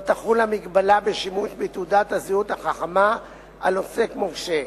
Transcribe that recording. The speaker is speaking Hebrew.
לא תחול המגבלה בשימוש בתעודת הזהות החכמה על עוסק מורשה.